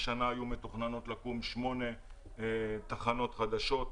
השנה היו מתוכננות לקום 8 תחנות חדשות.